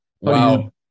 wow